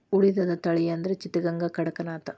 ಉಳಿದದ ತಳಿ ಅಂದ್ರ ಚಿತ್ತಗಾಂಗ, ಕಡಕನಾಥ